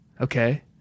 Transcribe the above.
Okay